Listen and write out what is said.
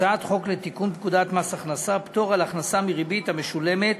הצעת חוק לתיקון פקודת מס הכנסה (פטור על הכנסה מריבית המשולמת